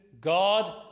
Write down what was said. God